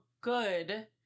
good